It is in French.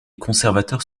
conservateurs